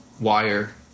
wire